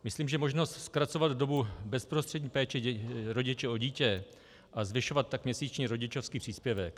Myslím možnost zkracovat dobu bezprostřední péče rodiče o dítě a zvyšovat tak měsíční rodičovský příspěvek.